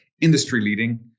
industry-leading